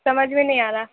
سمجھ میں نہیں آ رہا